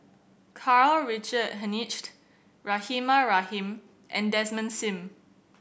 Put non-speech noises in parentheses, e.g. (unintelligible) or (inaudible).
Karl Richard Hanitsch (unintelligible) Rahimah Rahim and Desmond Sim